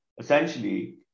essentially